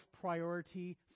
priority